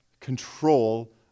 control